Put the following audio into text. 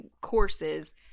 courses